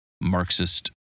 Marxist